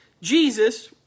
Jesus